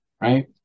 right